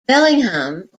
bellingham